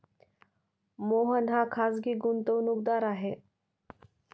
मोहन हा खाजगी गुंतवणूकदार आहे